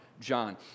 John